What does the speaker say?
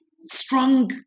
strong